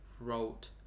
wrote